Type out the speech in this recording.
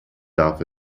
darf